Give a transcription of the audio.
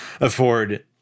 afford